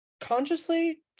consciously